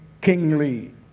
kingly